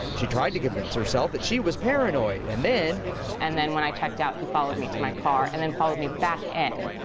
she tried to convince herself that shewas paranoid and then. and then when i checked out, he followed me to my car and anthen followed me back in.